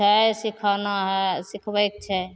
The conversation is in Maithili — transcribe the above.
छै सिखाना है सिखबैके छै